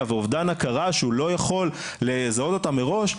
ואובדן הכרה שהוא לא יכול לזהות אותם מראש,